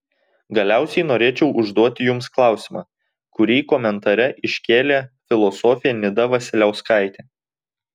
galiausiai norėčiau užduoti jums klausimą kurį komentare iškėlė filosofė nida vasiliauskaitė